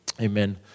Amen